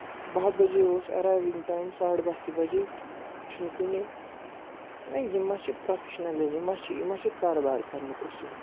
باہ بَجے اوس ایرایوِنگ ٹایم ساڈٕ باہ تہِ بَجے چھُنہٕ کُنے نہ یہِ مہ چھ پرفیشنلِزٕم مہ چھِ یہِ مہ چھ کاربار کَرنُک اصوٗل